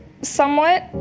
Somewhat